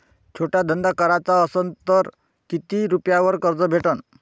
छोटा धंदा कराचा असन तर किती रुप्यावर कर्ज भेटन?